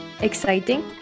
exciting